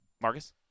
Marcus